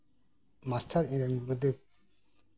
master ᱤᱧ ᱨᱮᱱ ᱜᱩᱨᱩᱫᱮᱵ